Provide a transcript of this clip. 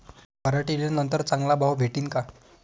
पराटीले नंतर चांगला भाव भेटीन का?